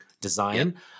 design